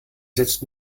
setzt